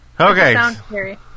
Okay